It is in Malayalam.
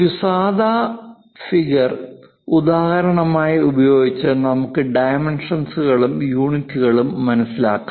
ഒരു സാദാ ഫിഗർ ഉദാഹരണം ആയി ഉപയോഗിച്ച് നമുക്ക് ഡൈമെൻഷൻസ്കളും യൂണിറ്റുകളും മനസിലാക്കാം